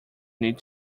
need